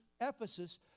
Ephesus